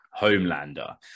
homelander